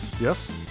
yes